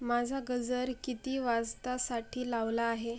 माझा गजर किती वाजतासाठी लावला आहे